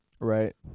Right